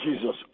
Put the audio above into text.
Jesus